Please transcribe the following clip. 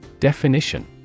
Definition